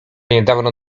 niedawno